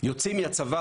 יוצאים מהצבא,